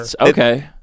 Okay